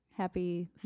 happy